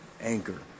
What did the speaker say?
Anchor